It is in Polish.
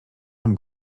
mam